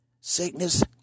Sickness